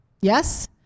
Yes